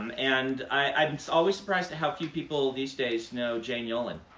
um and i'm always surprised at how few people these days know jane yolen.